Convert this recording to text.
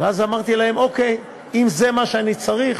ואז אמרתי להם: אוקיי, זה מה שאני צריך.